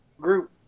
group